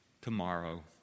tomorrow